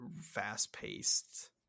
fast-paced